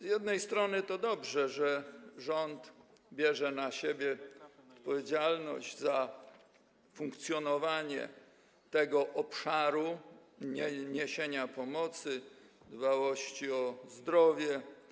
Z jednej strony to dobrze, że rząd bierze na siebie odpowiedzialność za funkcjonowanie tego obszaru, niesienie pomocy, dbałość o zdrowie.